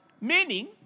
Meaning